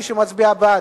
מי שמצביע בעד,